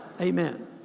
Amen